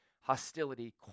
hostility